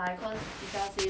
mmhmm